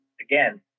again